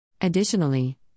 Additionally